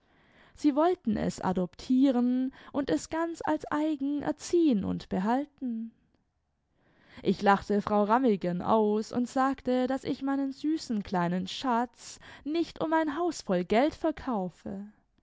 sie wollten es adoptieren und es ganz als eigen erziehen und behalten ich lachte frau rammigen aus und sagte daß ich meinen süßen kleinen schatz nicht um ein haus voll geld verkaufe